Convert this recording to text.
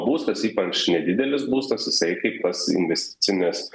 būstas ypač nedidelis būstas jisai kaip pats investicinis